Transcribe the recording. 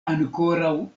ankoraŭ